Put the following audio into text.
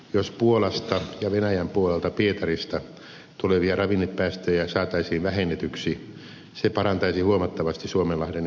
jos puolasta ja venäjän puolelta pietarista tulevia ravinnepäästöjä saataisiin vähennetyksi se parantaisi huomattavasti suomenlahden ja saaristomeren tilaa